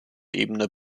ebene